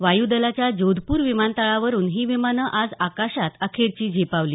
वायू दलाच्या जोधपूर विमानतळावरून ही विमानं आज आकाशात अखेरची झेपावली